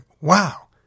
wow